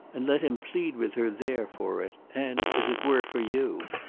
and let him plead with her there for it and, as it were, for you.